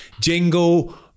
Jingle